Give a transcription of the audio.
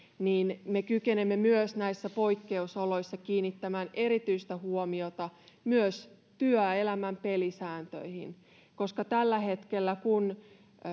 että me kykenemme myös näissä poikkeusoloissa kiinnittämään erityistä huomiota myös työelämän pelisääntöihin tällä hetkellä kun